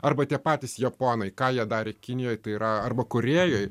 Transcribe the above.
arba tie patys japonai ką jie darė kinijoj tai yra arba korėjoj